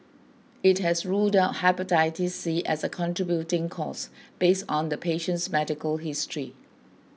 it has ruled out Hepatitis C as a contributing cause based on the patient's medical history